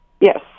Yes